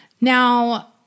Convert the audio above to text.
Now